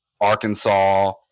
Arkansas